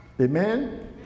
amen